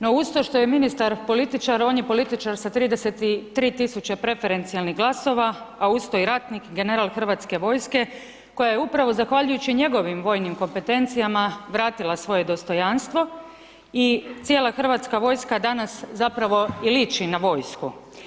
No, uz to što je ministar političar, on je političar sa 33 000 prefencijalnih glasova, a uz to ratnik, general Hrvatske vojske koja je upravo zahvaljujući njegovim vojnim kompetencijama vratila svoje dostojanstvo i cijela Hrvatska vojska danas zapravo i liči na vojsku.